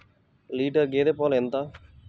Litre గేదె పాలు ఎంత?